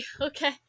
okay